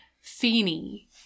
Feeny